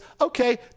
okay